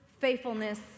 faithfulness